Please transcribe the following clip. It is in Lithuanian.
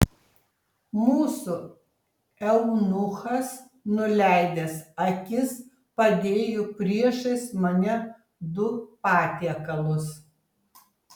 mūsų eunuchas nuleidęs akis padėjo priešais mane du patiekalus